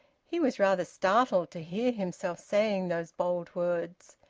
he was rather startled to hear himself saying those bold words.